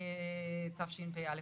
תשפ"א-2021.